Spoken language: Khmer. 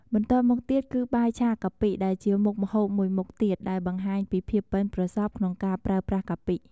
បន្ទាប់មកទៀតគឺ បាយឆាកាពិ ដែលជាមុខម្ហូបមួយមុខទៀតដែលបង្ហាញពីភាពប៉ិនប្រសប់ក្នុងការប្រើប្រាស់កាពិ។